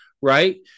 right